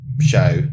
show